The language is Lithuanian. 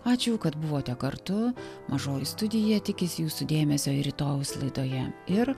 ačiū kad buvote kartu mažoji studija tikisi jūsų dėmesio ir rytojaus laidoje ir